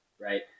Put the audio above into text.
right